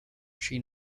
she